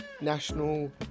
National